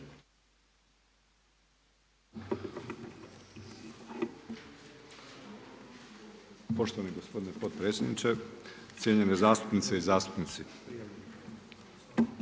Poštovani gospodine potpredsjedniče. Cijenjene zastupnice i zastupnici.